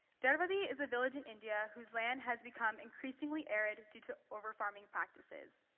dharwadi is a village in india whose land has become increasingly arid due to overfarming practices.